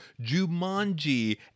Jumanji